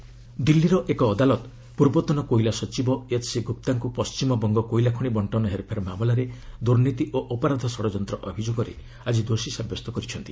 DL court coal ଦିଲ୍ଲୀର ଏକ ଅଦାଲତ ପୂର୍ବତନ କୋଇଲା ସଚିବ ଏଚ୍ସି ଗୁପ୍ତାଙ୍କୁ ପଣ୍ଟିମବଙ୍ଗ କୋଇଲା ଖଣି ବଣ୍ଟନ ହେର୍ଫେର୍ ମାମଲାରେ ଦୂର୍ନୀତି ଓ ଅପରାଧ ଷଡ଼ଯନ୍ତ୍ର ଅଭିଯୋଗରେ ଆଜି ଦୋଷୀ ସାବ୍ୟସ୍ତ କରିଛନ୍ତି